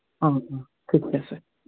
অ অ ঠিক আছে